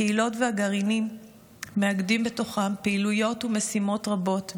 הקהילות והגרעינים מאגדים בתוכם פעילויות ומשימות רבות,